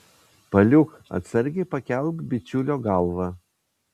paliuk atsargiai pakelk bičiulio galvą